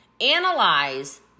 Analyze